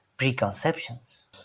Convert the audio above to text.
preconceptions